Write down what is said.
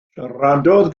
siaradodd